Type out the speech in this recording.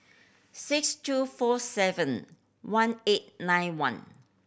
six two four seven one eight nine one